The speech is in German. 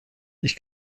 ich